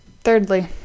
thirdly